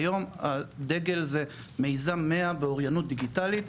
היום הדגל זה מיזם 100 באוריינות דיגיטלית,